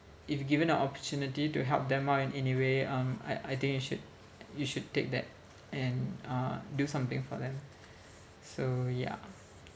if given the opportunity to help them out in any way um I I think you should you should take that and uh do something for them so ya